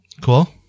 Cool